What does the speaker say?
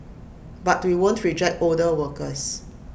but we won't reject older workers